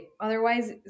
otherwise